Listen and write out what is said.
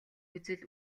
үзэл